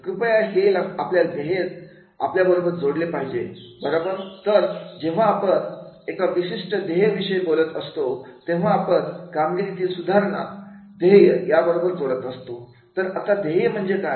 कृपया हे आपल्याला ध्येय याबरोबर जोडले पाहिजे बरोबर तर जेव्हा आपण एका विशिष्ट ध्येय विषयी बोलत असतो तेव्हा हा आपण कामगिरीतील सुधारणा ध्येय याबरोबर जोडत असतो तर आता ध्येय म्हणजे काय